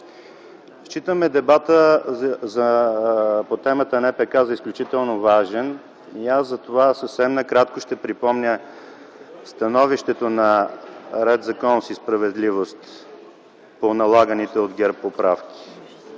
Считаме дебата по темата „НПК” за изключително важен. Затова съвсем накратко ще припомня становището на „Ред, законност и справедливост” по налаганите от ГЕРБ поправки.